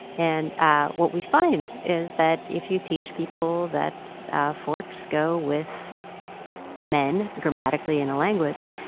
and what we find is that if you teach people that forks go with men grammatically in a language,